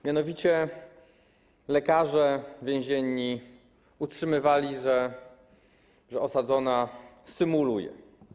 Mianowicie lekarze więzienni utrzymywali, że osadzona symuluje.